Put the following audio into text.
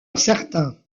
incertain